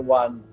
one